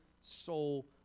soul